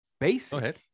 basic